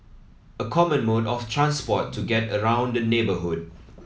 a common mode of transport to get around the neighbourhood